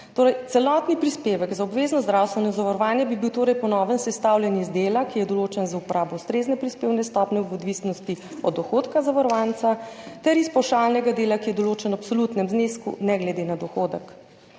varnost. Celotni prispevek za obvezno zdravstveno zavarovanje bi bil torej po novem sestavljen iz dela, ki je določen z uporabo ustrezne prispevne stopnje v odvisnosti od dohodka zavarovanca, ter iz pavšalnega dela, ki je določen v absolutnem znesku ne glede na dohodek.